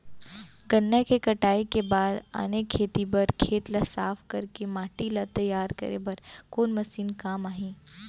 गन्ना के कटाई के बाद आने खेती बर खेत ला साफ कर के माटी ला तैयार करे बर कोन मशीन काम आही?